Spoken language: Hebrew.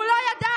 הוא לא ידע.